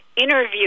interview